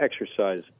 exercise